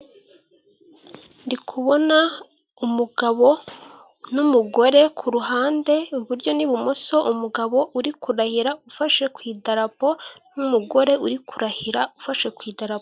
Inyubako nini baragaragaza ko iherereye Kibagabaga Kigali kandi barerekana ko iri kugurishwa amadolari ibihumbi ijana na mirongo itatu na bitanu iki ni ikintu gishyirwa ku nzu cyangwa se gishyirwa ahantu umuntu ari kugurisha agamije ko abantu babona icyo agambiriye cyangwa se bamenya ko niba agiye kugurisha bamenya agaciro , igenagaciro ry'icyo kintu ashaka kugurisha .